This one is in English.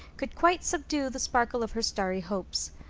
could quite subdue the sparkle of her starry hopes.